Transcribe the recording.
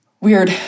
weird